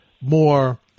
more